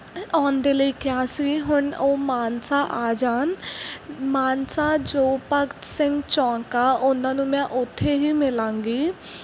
ਆਉਣ ਦੇ ਲਈ ਕਿਹਾ ਸੀ ਹੁਣ ਉਹ ਮਾਨਸਾ ਆ ਜਾਣ ਮਾਨਸਾ ਜੋ ਭਗਤ ਸਿੰਘ ਚੌਕ ਆ ਉਹਨਾਂ ਨੂੰ ਮੈਂ ਉੱਥੇ ਹੀ ਮਿਲਾਂਗੀ